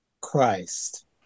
Christ